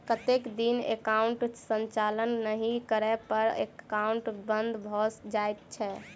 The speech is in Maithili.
कतेक दिन एकाउंटक संचालन नहि करै पर एकाउन्ट बन्द भऽ जाइत छैक?